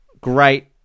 great